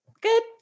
good